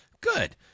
Good